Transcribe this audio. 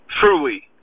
truly